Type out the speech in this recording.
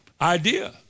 idea